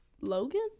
Logan